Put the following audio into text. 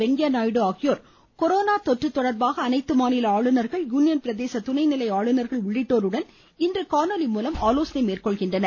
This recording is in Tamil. வெங்கையா நாயுடு ஆகியோர் கொரோனா தொற்று தொடர்பாக அனைத்து யூனியன் பிரதேச துணை நிலை ஆளுநர்கள் மாநில உள்ளிட்டோருடன் இன்று காணொலி மூலம் ஆலோசனை மேற்கொள்கின்றனர்